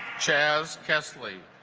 chaz kesley